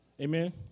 Amen